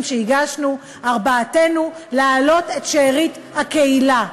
שהגשנו ארבעתנו להעלות את שארית הקהילה.